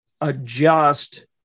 adjust